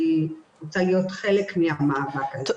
כי אני רוצה להיות חלק מהמאבק הזה.